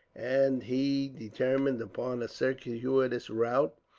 and he determined upon a circuitous route,